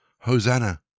Hosanna